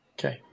Okay